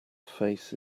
face